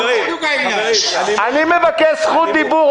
אני מבקש זכות דיבור.